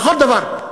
בכל דבר,